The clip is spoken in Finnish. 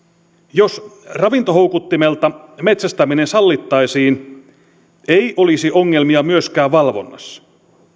jos ravintohoukuttimelta metsästäminen sallittaisiin ei olisi ongelmia myöskään valvonnassa